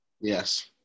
Yes